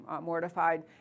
mortified